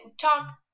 talk